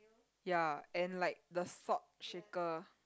ya and like the salt shaker